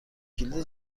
کلید